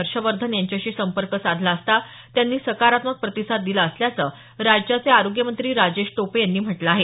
हर्षवर्धन यांच्याशी संपर्क साधला असता त्यांनी सकारात्मक प्रतिसाद दिला असल्याचं राज्याचे आरोग्य मंत्री राजेश टोपे यांनी म्हटलं आहे